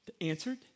answered